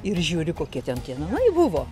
ir žiūri kokie ten tie namai buvo